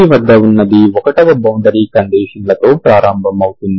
మీ వద్ద ఉన్నది 1వబౌండరీ కండీషన్ల తో ప్రారంభమవుతుంది